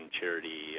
charity